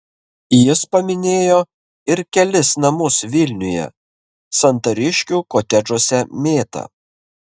jis paminėjo ir kelis namus vilniuje santariškių kotedžuose mėta